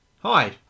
Hi